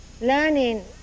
Learning